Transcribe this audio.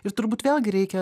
ir turbūt vėlgi reikia